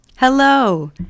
Hello